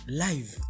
live